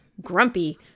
grumpy